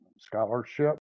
scholarship